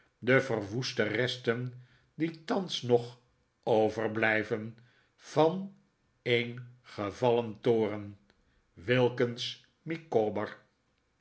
de verwoeste resten die thans nog overblijven van een gevallen toren wilkins micawber